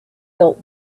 built